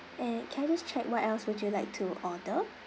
and can I just check what else would you like to order